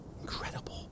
Incredible